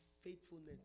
faithfulness